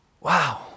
wow